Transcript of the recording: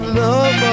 love